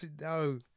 no